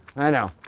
i know.